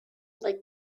like